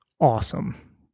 awesome